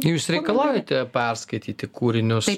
jūs reikalaujate perskaityti kūrinius